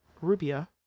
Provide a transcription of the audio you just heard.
Rubia